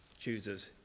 chooses